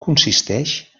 consisteix